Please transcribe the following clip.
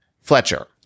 Fletcher